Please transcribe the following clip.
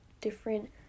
different